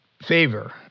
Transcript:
favor